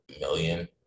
million